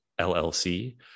LLC